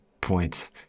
point